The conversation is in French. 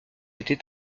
été